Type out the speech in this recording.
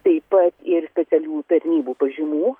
taip pat ir specialiųjų tarnybų pažymų